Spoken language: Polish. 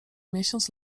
miesiąc